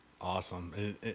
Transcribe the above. Awesome